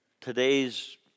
today's